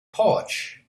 porch